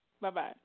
Bye-bye